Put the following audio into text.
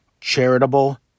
charitable